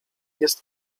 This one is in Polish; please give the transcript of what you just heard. jest